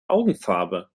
augenfarbe